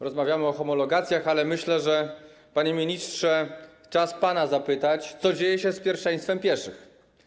Rozmawiamy o homologacjach, ale myślę, że, panie ministrze, czas zapytać pana, co dzieje się z pierwszeństwem pieszych.